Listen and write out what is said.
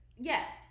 Yes